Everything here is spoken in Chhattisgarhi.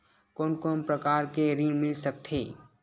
कोन कोन प्रकार के ऋण मिल सकथे?